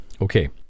Okay